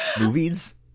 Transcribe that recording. movies